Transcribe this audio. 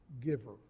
giver